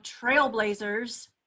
trailblazers